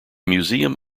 museum